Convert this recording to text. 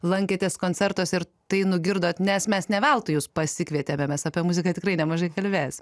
lankėtės koncertuose ir tai nugirdot nes mes ne veltui jus pasikvietėme mes apie muziką tikrai nemažai kalbėsim